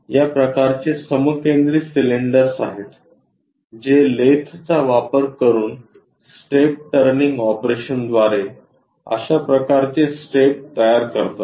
आपल्याकडे या प्रकारचे समकेंद्री सिलेंडर्स आहेत जे लेथचा वापर करून स्टेप टर्निंग ऑपरेशनद्वारे अशा प्रकारचे स्टेप तयार करतात